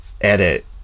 edit